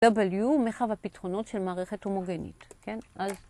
W, מרחב הפתרונות של מערכת הומוגנית. כן, אז,